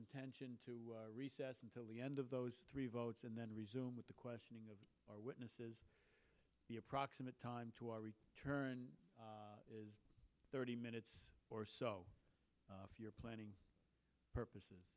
intention to recess until the end of those three votes and then resume with the questioning of our witnesses the approximate time to our we turn thirty minutes or so if you're planning purposes